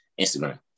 instagram